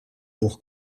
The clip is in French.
pour